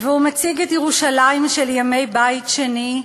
הוא מציג את ירושלים של ימי בית שני,